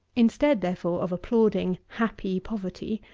instead, therefore, of applauding happy poverty,